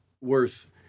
worth